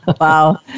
Wow